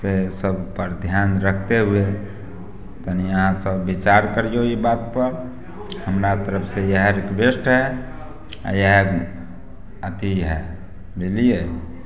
से सभपर ध्यान रखते हुए कनि अहाँ सभ विचार करियौ ई बातपर हमरा तरफसँ इहे रिक्वेस्ट हइ या अथी हइ बुझलियै